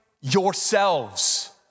yourselves